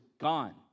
gone